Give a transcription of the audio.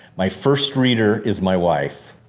my first reader is my wife.